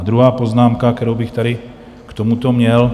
A druhá poznámka, kterou bych tady k tomuto měl.